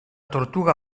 tortuga